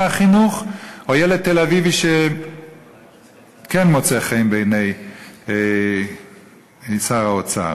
החינוך או ילד תל-אביבי שכן מוצא חן בעיני שר האוצר,